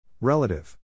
Relative